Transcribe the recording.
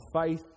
faith